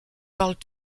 parlent